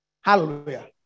Hallelujah